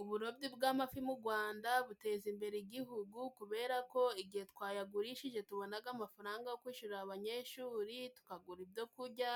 Uburobyi bw'amafi mu Gwanda buteza imbere igihugu kubera ko igihe twayagurishije tubonaga amafaranga yo kwishyurira abanyeshuri, tukagura ibyo kujya